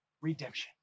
redemption